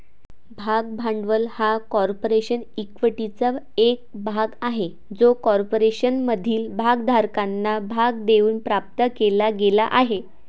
भाग भांडवल हा कॉर्पोरेशन इक्विटीचा एक भाग आहे जो कॉर्पोरेशनमधील भागधारकांना भाग देऊन प्राप्त केला गेला आहे